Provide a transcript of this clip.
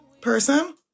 Person